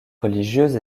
religieuse